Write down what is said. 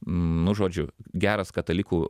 nu žodžiu geras katalikų